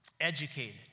educated